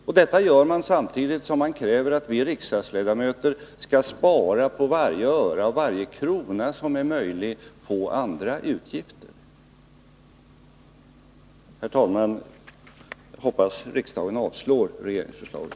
Och detta gör man samtidigt som man kräver att vi riksdagsledamöter skall spara på varje öre och varje krona som är möjlig att spara när det gäller andra utgifter. Herr talman! Jag hoppas att riksdagen avslår regeringsförslaget.